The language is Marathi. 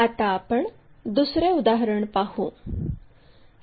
आता आपण दुसरे उदाहरण पाहू